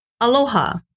aloha